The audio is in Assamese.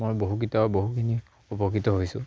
মই বহুকিটা বহুখিনি উপকৃত হৈছোঁ